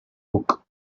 book